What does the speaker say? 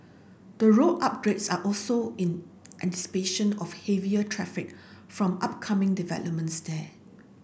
the road upgrades are also in anticipation of heavier traffic from upcoming developments there